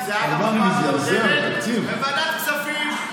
כי זה היה בפעם הקודמת בוועדת הכספים.